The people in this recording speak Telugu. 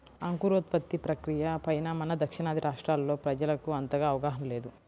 అంకురోత్పత్తి ప్రక్రియ పైన మన దక్షిణాది రాష్ట్రాల్లో ప్రజలకు అంతగా అవగాహన లేదు